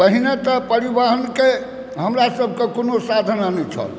पहिने तऽ परिवहनके हमरा सबके कोनो साधन नहि छल